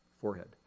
forehead